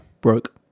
Broke